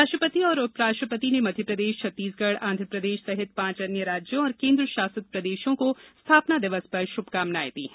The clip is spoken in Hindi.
राष्ट्रपति और उपराष्ट्रपति ने मध्यप्रदेश छत्तीसगढ आन्ध्रप्रदेश सहित पांच अन्य राज्यों और केंद्रशासित प्रदेशों की स्थापना दिवस पर शभकामनाएं दी हैं